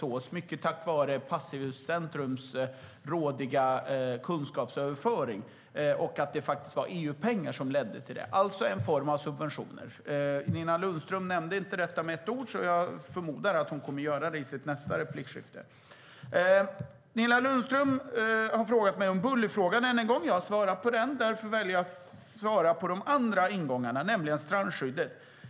Det har skett mycket tack vare Passivhuscentrums rådiga kunskapsöverförening, och det var faktiskt EU-pengar som ledde till det, alltså en form av subvention. Nina Lundström nämnde inte detta med ett ord, så jag förmodar att hon kommer att göra det i sitt nästa inlägg. Nina Lundström har ännu en gång frågat mig om bullerfrågan. Jag har redan svarat på den, och därför väljer jag att svara på den andra frågan, den om strandskyddet.